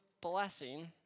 blessing